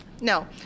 No